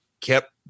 kept